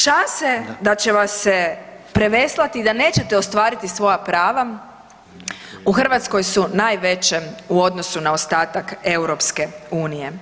Šanse da će vas se preveslati i da nećete ostvariti svoja prava u Hrvatskoj su najveće u odnosu na ostatak EU-a.